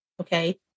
okay